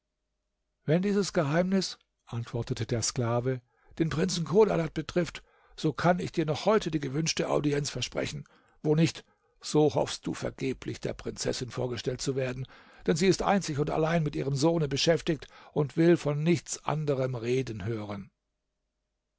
wenn dieses geheimnis antwortete der sklave den prinzen chodadad betrifft so kann ich dir noch heute die gewünschte audienz versprechen wo nicht so hoffst du vergeblich der prinzessin vorgestellt zu werden denn sie ist einzig und allein mit ihrem sohne beschäftigt und will von nichts anderem reden hören